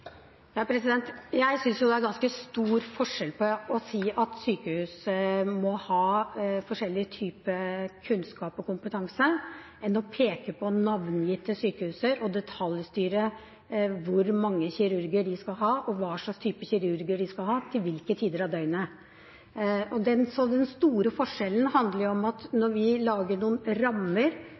Jeg synes det er ganske stor forskjell på å si at sykehus må ha forskjellige typer kunnskap og kompetanse og å peke på navngitte sykehus og detaljstyre hvor mange kirurger de skal ha, og hva slags type kirurger de skal ha, til hvilke tider av døgnet. Den store forskjellen handler om at vi lager noen rammer